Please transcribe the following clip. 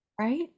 Right